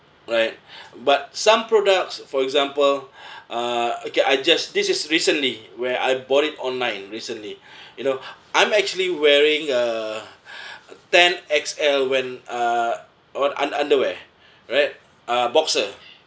right but some products for example uh okay I just this is recently where I bought it online recently you know I'm actually wearing uh ten X_L when uh on un~ underwear right uh boxer